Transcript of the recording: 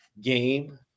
game